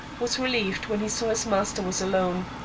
was relieved when he saw his master was alone.